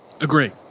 Agree